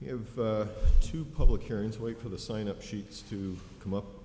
you have to public hearings wait for the sign up sheets to come up